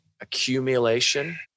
accumulation